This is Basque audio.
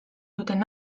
duten